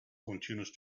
continued